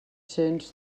cents